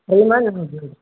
try ಮಾಡಿ ನನಗೆ ಹೇಳಿ